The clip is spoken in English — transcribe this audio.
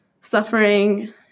suffering